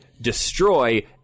destroy